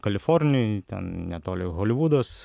kalifornijoj netoli holivudas